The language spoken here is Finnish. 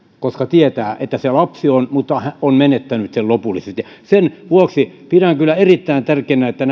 koska tietää että se lapsi on olemassa mutta on menettänyt sen lopullisesti sen vuoksi pidän kyllä erittäin tärkeänä että